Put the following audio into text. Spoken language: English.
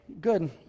Good